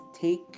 take